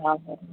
हा हा